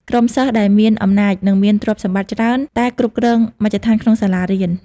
ក្រុមសិស្ស ដែលមានអំណាចនិងមានទ្រព្យសម្បត្តិច្រើនតែគ្រប់គ្រងមជ្ឈដ្ឋានក្នុងសាលារៀន។